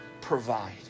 provide